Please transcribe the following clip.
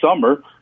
summer